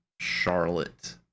Charlotte